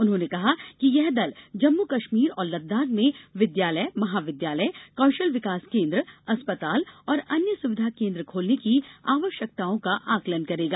उन्होंने कहा कि यह दल जम्मू कश्मीर और लद्दाख में विद्यालय महाविद्यालय कौशल विकास केन्द्र अस्पताल और अन्य सुविधा केन्द्र खोलने की आवश्यकताओं का आकलन करेगा